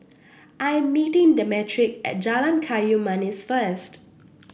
I am meeting Demetric at Jalan Kayu Manis first